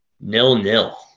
nil-nil